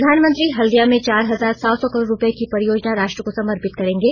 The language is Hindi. प्रधानमंत्री हल्दिया में चार हजार सात सौं करोड़ रुपए की परियोजना राष्ट्र को समर्पित करेंगे